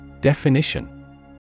Definition